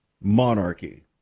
monarchy